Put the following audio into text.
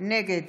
נגד